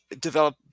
develop